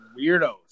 weirdos